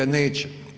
Neće.